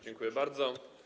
Dziękuję bardzo.